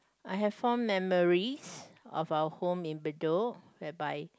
I have fond memories of our home in Bedok whereby